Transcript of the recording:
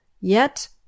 Yet